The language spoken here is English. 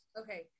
Okay